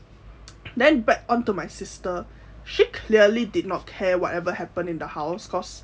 then back onto my sister she clearly did not care whatever happened in the house cause